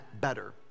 better